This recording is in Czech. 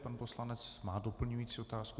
Pan poslanec má doplňující otázku.